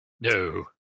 No